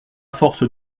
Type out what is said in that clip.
force